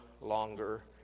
longer